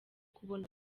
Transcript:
kubona